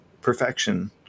perfection